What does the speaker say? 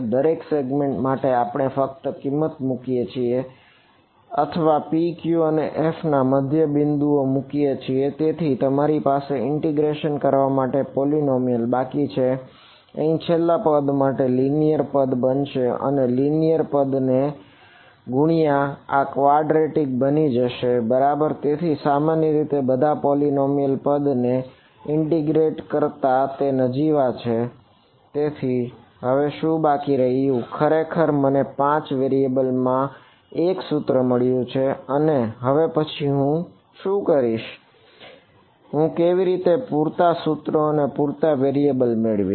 દરેક સેગ્મેન્ટ મેળવીશ